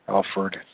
Alfred